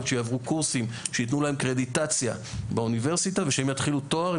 שיעברו קורסים שייתנו להם קרדיטציה באוניברסיטה וכשהם יתחילו תואר,